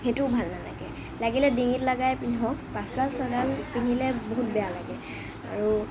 সেইটোও ভাল নালাগে লাগিলে ডিঙিত লাগাই পিন্ধক পাঁচডাল ছডাল পিন্ধিলে বহুত বেয়া লাগে আৰু